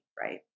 Right